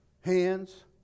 hands